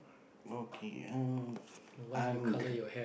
okay uh I'm